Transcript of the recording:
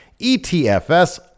ETFs